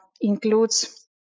includes